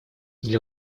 для